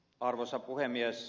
arvoisa puhemies